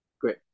Great